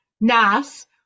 Nas